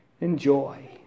enjoy